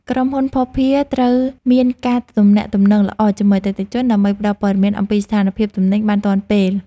ក្រុមហ៊ុនភស្តុភារត្រូវមានការទំនាក់ទំនងល្អជាមួយអតិថិជន ដើម្បីផ្តល់ព័ត៌មានអំពីស្ថានភាពទំនិញបានទាន់ពេល។